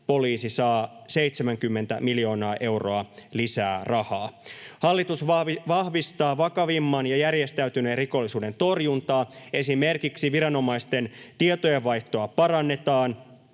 poliisi saa 70 miljoonaa euroa lisää rahaa. Hallitus vahvistaa vakavimman ja järjestäytyneen rikollisuuden torjuntaa. Esimerkiksi viranomaisten tietojenvaihtoa parannetaan.